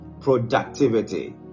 productivity